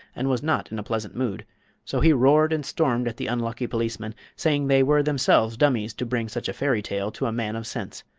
and was not in a pleasant mood so he roared and stormed at the unlucky policemen, saying they were themselves dummies to bring such a fairy tale to a man of sense.